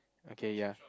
okay ya